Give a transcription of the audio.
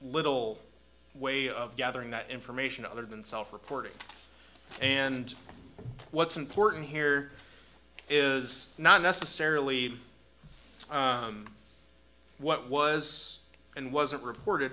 little way of gathering that information other than self reporting and what's important here is not necessarily what was and wasn't reported